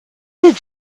did